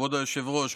כבוד היושב-ראש,